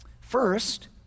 First